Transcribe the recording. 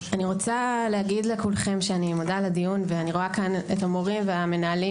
אני מודה על הדיון ורואה את המורים והמנהלים